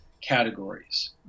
categories